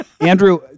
Andrew